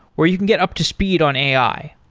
where you can get up to speed on ai.